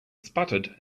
sputtered